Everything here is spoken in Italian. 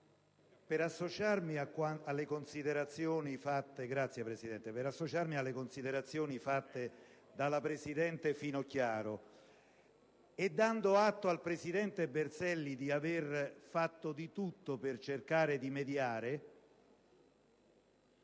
per associarmi alle considerazioni svolte dalla presidente Finocchiaro. Dando atto al presidente Berselli di aver fatto di tutto per cercare di mediare,